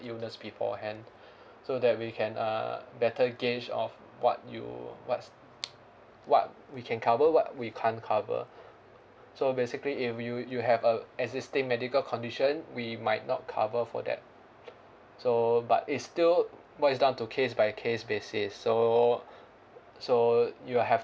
illness beforehand so that we can uh better gauge of what you what's what we can cover what we can't cover so basically if you you have a existing medical condition we might not cover for that so but it's still boils down to case by case basis so so you'll have